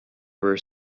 were